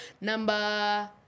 number